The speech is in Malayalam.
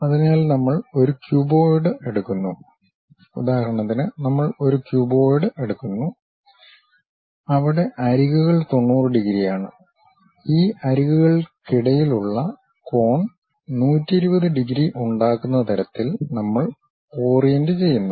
അതിനാൽ നമ്മൾ ഒരു ക്യൂബോയിഡ് എടുക്കുന്നു ഉദാഹരണത്തിന് നമ്മൾ ഒരു ക്യൂബോയിഡ് എടുക്കുന്നു അവിടെ അരികുകൾ 90 ഡിഗ്രിയാണ് ഈ അരികുകൾക്കിടയിലുള്ള കോൺ 120 ഡിഗ്രി ഉണ്ടാക്കുന്ന തരത്തിൽ നമ്മൾ ഓറിയന്റു ചെയ്യുന്നു